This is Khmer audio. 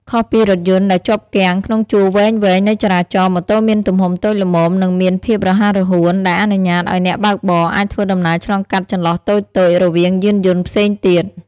ខុសពីរថយន្តដែលជាប់គាំងក្នុងជួរវែងៗនៃចរាចរណ៍ ម៉ូតូមានទំហំតូចល្មម និងមានភាពរហ័សរហួន ដែលអនុញ្ញាតឱ្យអ្នកបើកបរអាចធ្វើដំណើរឆ្លងកាត់ចន្លោះតូចៗរវាងយានយន្តផ្សេងទៀត។